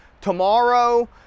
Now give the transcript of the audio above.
tomorrow